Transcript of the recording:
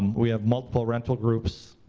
we have multiple rental groups.